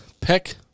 pick